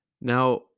Now